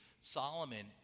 Solomon